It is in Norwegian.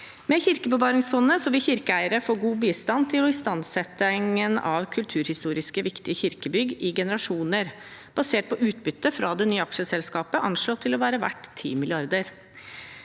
Med Kirkebevaringsfondet vil kirkeeiere få god bistand til istandsetting av kulturhistorisk viktige kirkebygg i generasjoner, basert på utbytte fra det nye aksjeselskapet, anslått til å være verdt 10 mrd.